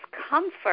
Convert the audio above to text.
discomfort